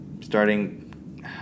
starting